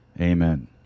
Amen